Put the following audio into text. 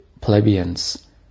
plebeians